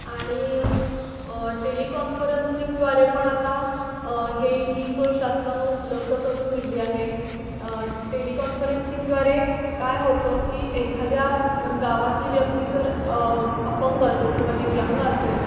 आणि टेलिकॉन्फरन्सिंगद्वारे पण आता हे ही सोय शासनानं उपलब्ध करून दिली आहे टेलिकॉन्फरन्सिंगद्वारे काय होतं की एखाद्या गावातली व्यक्ती जर अपंग असेल किंवा दिव्यांंग असेल